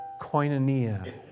koinonia